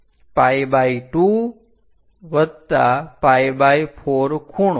તો pi2 pi4 ખૂણો